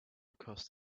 because